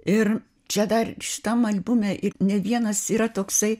ir čia dar šitam albume ir ne vienas yra toksai